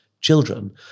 children